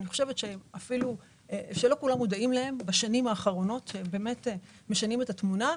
שאני חושבת שלא כולם מודעים להם - שהם באמת משנים את התמונה.